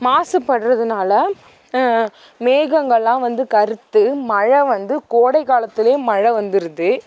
மாசுபடுறதுனால மேகங்கள்லாம் வந்து கருத்து மழை வந்து கோடைக்காலத்திலேயே மழை வந்துடுது